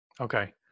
Okay